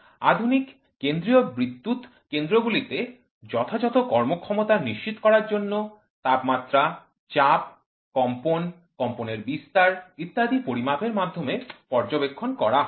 আধুনিক কেন্দ্রীয় বিদ্যুৎ কেন্দ্রগুলিতে যথাযথ কর্মক্ষমতা নিশ্চিত করার জন্য তাপমাত্রা চাপ কম্পন কম্পনের বিস্তার ইত্যাদি পরিমাপের মাধ্যমে পর্যবেক্ষণ করা হয়